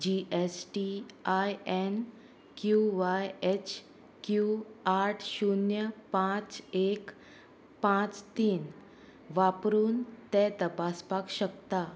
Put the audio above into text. जी S T I N Q Y H Q आठ शुन्य पांच एक पांच तीन वापरून तें तपासपाक शकता